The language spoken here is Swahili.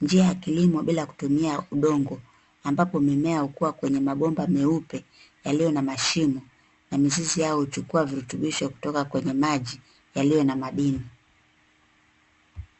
njia ya kilimo bila kutumia udongo ambapo mimea hukua kwenye magomba meupe yaliyo na mashimo na mizizi yao huchukua virutubisho kutoka kwenye maji yaliyo na madimu.